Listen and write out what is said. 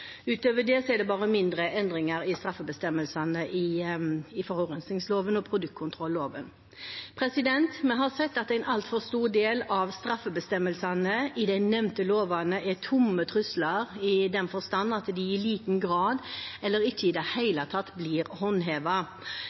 Utover det er det bare mindre endringer i straffebestemmelsene i forurensningsloven og produktkontrolloven. Vi har sett at en altfor stor del av straffebestemmelsene i de nevnte lovene er tomme trusler, i den forstand at de i liten grad eller ikke i det hele tatt blir